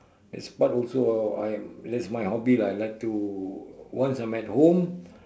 this part also I'm that's my hobby lah I like to once I'm at home